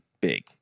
big